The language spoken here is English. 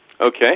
Okay